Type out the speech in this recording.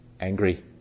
angry